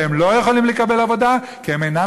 והם לא יכולים לקבל עבודה כי הם אינם